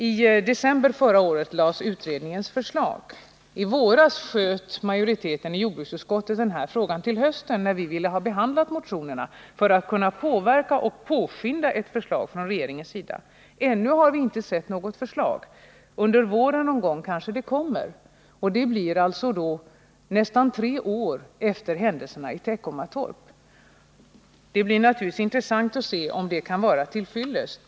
I december förra året lades utredningens förslag fram. I våras sköt majoriteten i jordbruksutskottet den här frågan till hösten, medan vi ville behandla motionerna för att kunna påverka och påskynda ett förslag från regeringens sida. Ännu har vi inte sett något förslag. Under våren 1980 någon gång kanske det kommer, och det blir nästan tre år efter händelserna i Teckomatorp. Det blir intressant att se om förslaget kan vara till fyllest.